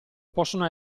possono